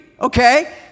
Okay